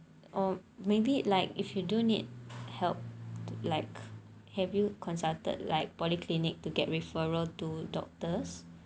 or maybe like if you do need help to like have you consulted like polyclinic to get referral to doctors